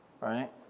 right